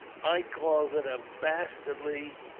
i calls it a bastly